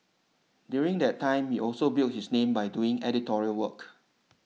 during that time he also built his name by doing editorial work